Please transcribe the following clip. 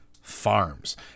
Farms